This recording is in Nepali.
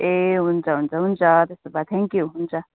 ए हुन्छ हुन्छ हुन्छ त्यसो भए थ्याङ्कयु हुन्छ